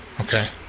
Okay